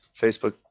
Facebook